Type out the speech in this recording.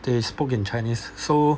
they spoke in chinese so